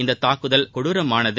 இந்த தாக்குதல் கொடுரமானது